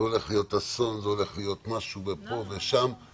שזה הולך להיות אסון ופה ושם.